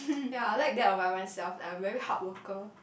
ya I like that about myself that I'm very hard worker